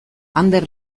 ander